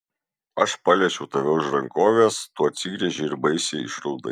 aš paliečiau tave už rankovės tu atsigręžei ir baisiai išraudai